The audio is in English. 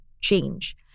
change